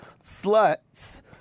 sluts